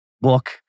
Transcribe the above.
book